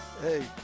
Hey